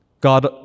God